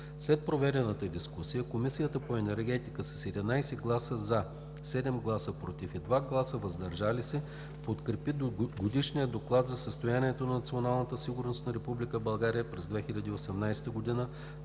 След проведената дискусия Комисията по енергетика с 11 гласа „за“, 7 гласа „против“ и 2 гласа „въздържал се“ подкрепи Годишния доклад за състоянието на националната сигурност на Република България през 2018 г.,